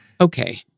Okay